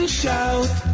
shout